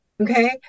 okay